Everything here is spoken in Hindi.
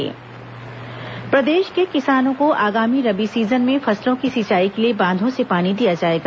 रबी फसल पानी प्रदेश के किसानों को आगामी रबी सीजन में फसलों की सिंचाई के लिए बांधों से पानी दिया जाएगा